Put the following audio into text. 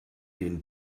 den